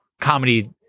comedy